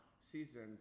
season